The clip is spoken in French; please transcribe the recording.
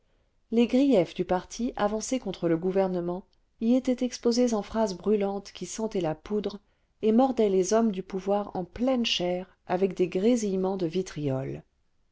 les griefs du parti avancé contre le gouvernement y étaient exposés en phrases brûlantes qui sentaient la poudre et mordaient les hommes du pouvoir en pleine chair avec des grésillements de vitriol